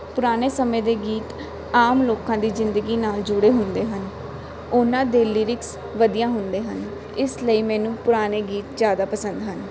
ਪੁਰਾਣੇ ਸਮੇਂ ਦੇ ਗੀਤ ਆਮ ਲੋਕਾਂ ਦੀ ਜ਼ਿੰਦਗੀ ਨਾਲ ਜੁੜੇ ਹੁੰਦੇ ਹਨ ਉਹਨਾਂ ਦੇ ਲੀਰਿਕਸ ਵਧੀਆ ਹੁੰਦੇ ਹਨ ਇਸ ਲਈ ਮੈਨੂੰ ਪੁਰਾਣੇ ਗੀਤ ਜ਼ਿਆਦਾ ਪਸੰਦ ਹਨ